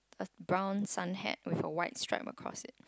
a brown sun hat with a white strap across it